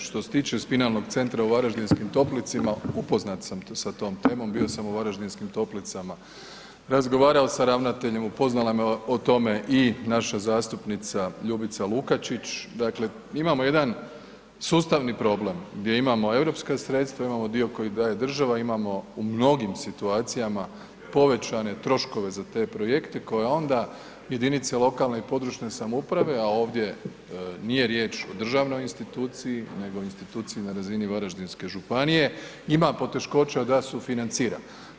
Što se tiče Spinalnog centra u Varaždinskim Toplicama, upoznat sam sa tom temom, bio sam u Varaždinskim Toplicama, razgovarao sa ravnateljem, upoznala me o tome i naša zastupnica Ljubica Lukačić, dakle imamo jedan sustavni problem gdje imamo europska sredstva i imamo dio koji daje država i imamo u mnogim situacijama povećane troškove za te projekte koje onda jedinice lokalne i područne samouprave, a ovdje nije riječ o državnoj instituciji nego instituciji na razini Varaždinske županije ima poteškoća da sufinancira.